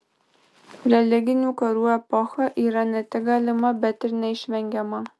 religinių karų epocha yra ne tik galima bet ir neišvengiama